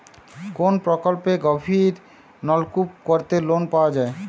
কোন প্রকল্পে গভির নলকুপ করতে লোন পাওয়া য়ায়?